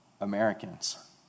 Americans